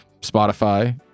Spotify